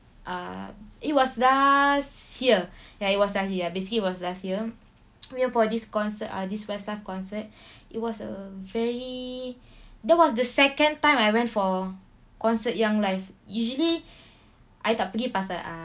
uh it was last year ya it was last year ya basically it was last year we went for this concert ah this westlife concert it was a very that was the second time I went for concert yang live usually I tak pergi pasal I